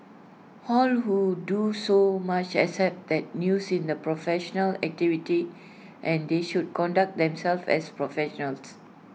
how who do so much accept that news is A professional activity and they should conduct themselves as professionals